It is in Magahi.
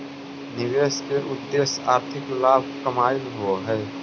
निवेश के उद्देश्य आर्थिक लाभ कमाएला होवऽ हई